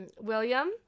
William